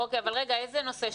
איזה נושא,